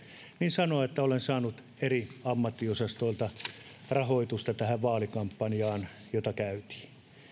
sanoa että olen saanut eri ammattiosastoilta rahoitusta tähän vaalikampanjaan jota käytiin